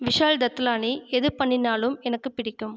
விஷால் தத்லானி எது பண்ணினாலும் எனக்குப் பிடிக்கும்